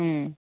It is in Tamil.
ம்